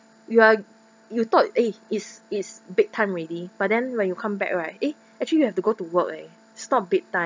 you are you thought eh is is bedtime already but then when you come back right eh actually you have to go to work leh it's not bedtime